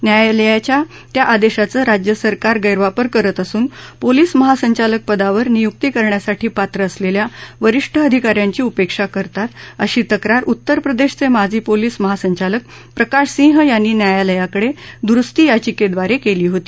न्यायालयाच्या त्या आदेशाचा राज्यसरकारं गैरवापर करत असून पोलीस महासंचालक पदावर नियुक्ती करण्यासाठी पात्र असलेल्या वरिष्ठ अधिका यांची उपेक्षा करतात अशी तक्रार उत्तरप्रदेशाचे माजी पोलीस महासंचालक प्रकाश सिहं यांनी न्यायालयाकडे दुरुस्तीयाचिकेद्वारे केली होती